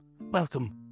welcome